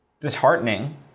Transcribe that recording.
disheartening